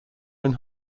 own